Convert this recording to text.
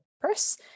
press